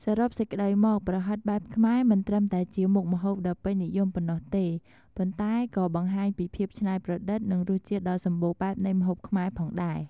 សរុបសេចក្តីមក ប្រហិតបែបខ្មែរមិនត្រឹមតែជាមុខម្ហូបដ៏ពេញនិយមប៉ុណ្ណោះទេ ប៉ុន្តែក៏បង្ហាញពីភាពច្នៃប្រឌិត និងរសជាតិដ៏សម្បូរបែបនៃម្ហូបខ្មែរផងដែរ។